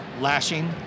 lashing